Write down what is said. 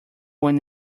when